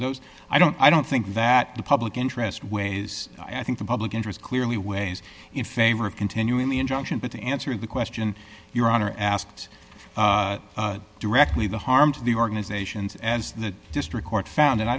those i don't i don't think that the public interest ways i think the public interest clearly weighs in favor of continuing the injunction but to answer the question your honor asked directly the harm to the organizations as the district court found and i